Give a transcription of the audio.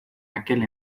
aquel